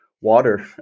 water